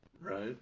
Right